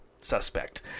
suspect